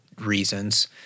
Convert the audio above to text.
reasons